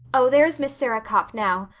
oh, there's miss sarah copp now.